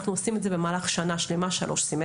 אנחנו עושים את זה במהלך שלוש סמסטרים